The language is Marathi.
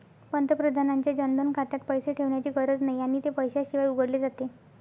पंतप्रधानांच्या जनधन खात्यात पैसे ठेवण्याची गरज नाही आणि ते पैशाशिवाय उघडले जाते